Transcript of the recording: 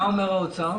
מה אומר האוצר?